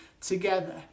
together